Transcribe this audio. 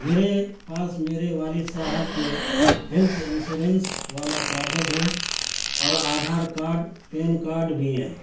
میرے پاس میرے والد صاحب کے ہیلتھ انسورنس والا کاغذ ہے اور آدھار کارڈ پین کاڈ بھی ہے